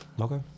Okay